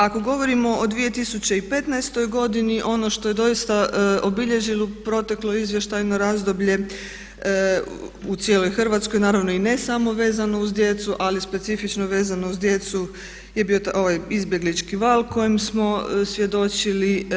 Ako govorimo o 2015.godini ono što je doista obilježilo proteklo izvještajno razdoblje u cijeloj Hrvatskoj i naravno ne samo vezano uz djecu ali specifično vezano uz djecu je bio ovaj izbjeglički val kojem smo svjedočili.